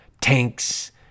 tanks